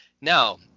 Now